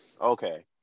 Okay